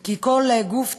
כי כל גוף ציבורי,